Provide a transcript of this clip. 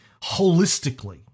holistically